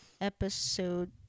episode